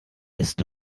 ist